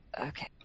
Okay